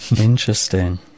Interesting